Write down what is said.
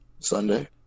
Sunday